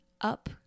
up